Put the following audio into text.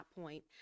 point